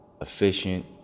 efficient